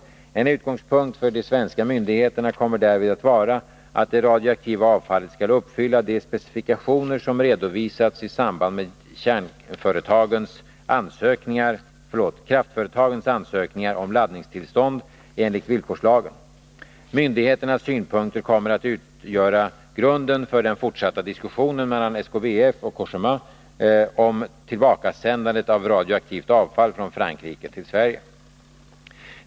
En utgångspunkt för de svenska myndigheterna kommer därvid att vara att det radioaktiva avfallet skall uppfylla de specifikationer som redovisats i samband med kraftföretagens ansökningar om laddningstillstånd enligt villkorslagen. Myndigheternas synpunkter kommer att utgöra grunden för den fortsatta diskussionen mellan SKBF och Cogéma om tillbakasändandet av radioaktivt avfall från Frankrike till Sverige.